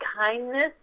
kindness